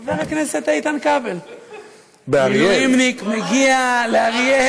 חבר הכנסת איתן כבל, מילואימניק, מגיע לאריאל.